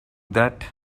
that